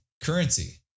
Currency